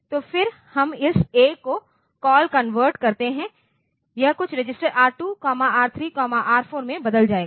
तो फिर हम इस A को कॉल कन्वर्ट करते हैं यह कुछ रजिस्टर R2 R3 R4 में बदल जाएगा